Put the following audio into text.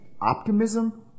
optimism